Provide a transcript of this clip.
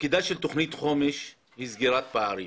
תפקידה של תוכנית חומש היא סגירת פערים